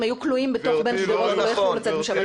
הם היו כלואים בין גדרות ולא יכלו לצאת משם.